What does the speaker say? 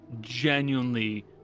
genuinely